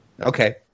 Okay